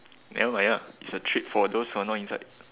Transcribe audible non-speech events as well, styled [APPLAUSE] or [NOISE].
[NOISE] ya it's a trip for those who are not inside